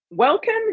Welcome